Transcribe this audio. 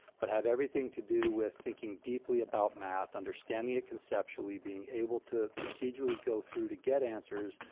but have everything to do with thinking deeply about math, understanding it conceptually, being able to procedurally go through to get answers.